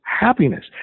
happiness